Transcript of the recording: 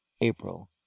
April